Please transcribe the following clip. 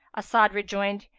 as'ad rejoined,